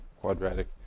quadratic